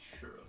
sure